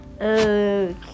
Okay